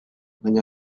baina